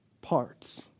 parts